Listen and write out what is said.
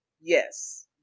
Yes